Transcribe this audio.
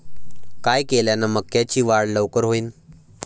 काय केल्यान मक्याची वाढ लवकर होईन?